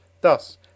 Thus